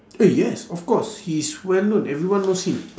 eh yes of course he's well known everyone knows him